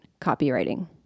copywriting